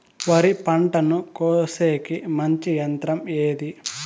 వరి పంటను కోసేకి మంచి యంత్రం ఏది?